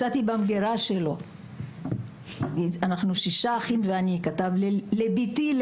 מצאתי במגירה שלו מכתב שהוא כתב: "לבתי,